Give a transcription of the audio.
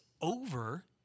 over